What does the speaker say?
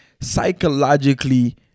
psychologically